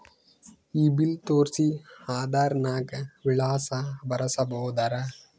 ಈ ಬಿಲ್ ತೋಸ್ರಿ ಆಧಾರ ನಾಗ ವಿಳಾಸ ಬರಸಬೋದರ?